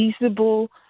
feasible